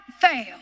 fail